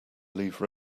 leave